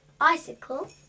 Icicle